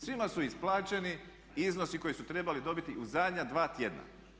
Svima su isplaćeni iznosi koje su trebali dobiti u zadnja dva tjedna.